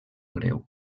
greu